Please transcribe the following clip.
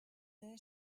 there